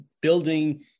building